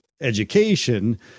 education